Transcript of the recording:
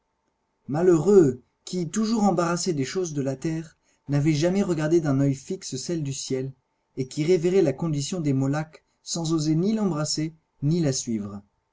malheureux qui toujours embarrassés des choses de la terre n'avez jamais regardé d'un œil fixe celles du ciel et qui révérez la condition des mollaks sans oser ni l'embrasser ni la suivre